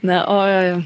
na o